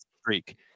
streak